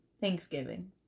Thanksgiving